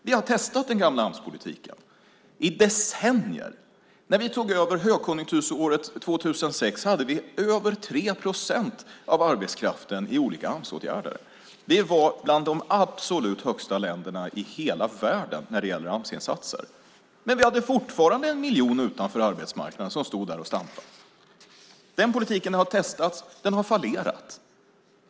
Vi har testat den gamla Amspolitiken i decennier. När vi tog över högkonjunkturåret 2006 hade vi över 3 procent av arbetskraften i olika Amsåtgärder. Vi hade en av de högsta siffrorna i hela världen när det gällde Amsinsatser. Men vi hade fortfarande en miljon som stod och stampade utanför arbetsmarknaden. Den politiken har testats och fallerat.